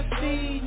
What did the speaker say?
see